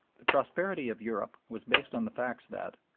the prosperity of europe was based on the facts that,